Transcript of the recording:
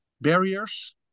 barriers